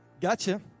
Gotcha